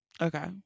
Okay